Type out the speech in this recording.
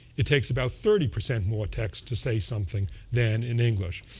it takes about thirty percent more text to say something than in english.